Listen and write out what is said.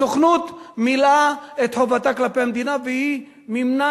הסוכנות מילאה את חובתה כלפי המדינה והיא מימנה